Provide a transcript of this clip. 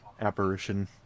apparition